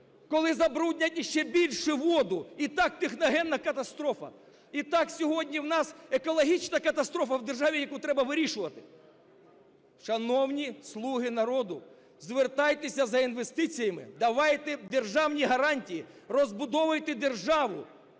коли забруднять іще більше воду? І так техногенна катастрофа, і так сьогодні в нас екологічна катастрофа в державі, яку треба вирішувати. Шановні "слуги народу", звертайтеся за інвестиціями, давайте державні гарантії, розбудовуйте державу,